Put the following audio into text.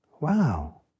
Wow